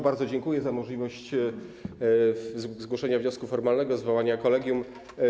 Bardzo dziękuję za możliwość zgłoszenia wniosku formalnego w sprawie zwołania kolegium.